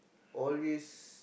always